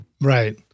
Right